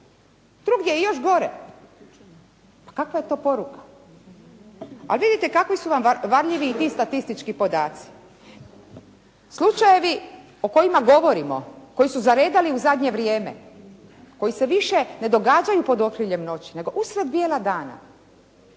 Drugdje je još gore. Pa kakva je to poruka. Ali vidite kakvi su vam varljivi i ti statistički podaci. Slučajevi o kojima govorimo koji su zaredali u zadnje vrijeme koji se više ne događaju pod okriljem noći, nego usred bijela dana.